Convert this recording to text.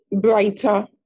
brighter